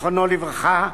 זיכרונו לברכה,